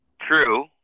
true